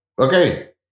Okay